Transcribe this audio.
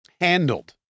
handled